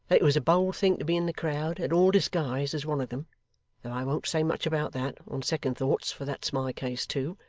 that it was a bold thing to be in the crowd at all disguised as one of them though i won't say much about that, on second thoughts, for that's my case too.